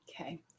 Okay